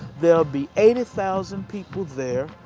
they're will be eighty thousand people there,